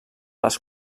les